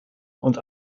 und